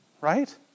right